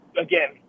Again